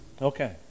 Okay